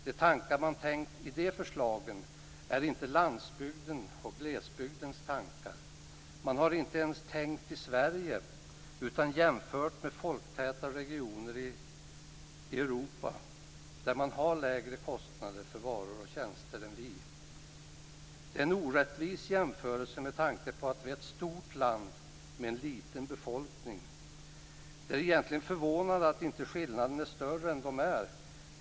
De tankar man tänkt i de förslagen är inte landsbygdens och glesbygdens tankar. Man har inte ens tänkt på Sverige utan jämfört med folktäta regioner i Europa där man har lägre kostnader för varor och tjänster än vi. Det är en orättvis jämförelse med tanke på att vi är ett stort land med en liten befolkning. Det är egentligen förvånande att skillnaden inte är större än den är.